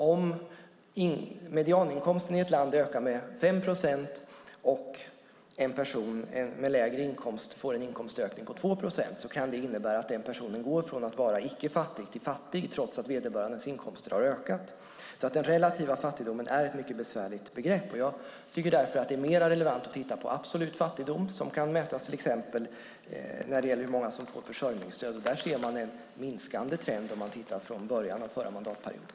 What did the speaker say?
Om medianinkomsten i ett land ökar med 5 procent och en person med lägre inkomst får en inkomstökning på 2 procent kan det innebära att den personen går från att vara icke-fattig till att vara fattig, trots att vederbörandes inkomster har ökat. Den relativa fattigdomen är alltså ett mycket besvärligt begrepp, och jag tycker därför att det är mer relevant att titta på absolut fattigdom. Den kan mätas till exempel med hjälp av hur många som får försörjningsstöd. Där ser man en minskande trend om man tittar på perioden sedan början av förra mandatperioden.